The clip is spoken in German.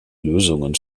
lösungen